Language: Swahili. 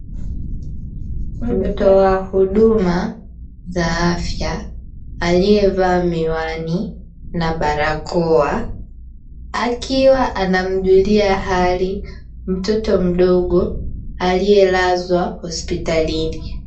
Mtoa huduma wa afya aliyevaa miwani na barakoa, akiwa anamjulia hali mtoto mdogo aliye lazwa hospitalini.